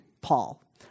Paul